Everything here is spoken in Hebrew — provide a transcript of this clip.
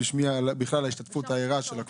על ההשתתפות הערה.